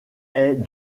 est